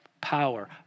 power